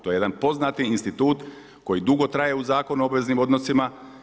To je jedan poznati institut koji dugo traje u Zakonu o obveznim odnosima.